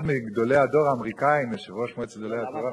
כל אחד מאחל לעצמו ולהוריו שיגיעו לימים טובים ומבוגרים,